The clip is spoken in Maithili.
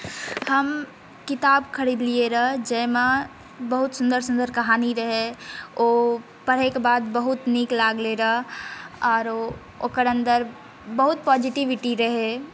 हम किताब खरीदलिऐ रँ जाहिमे बहुत सुन्दर सुन्दर कहानी रहै ओ पढ़ैके बाद बहुत नीक लागलै रँ आरो ओकर अन्दर बहुत पॉजिटिविटी रहै